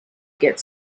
get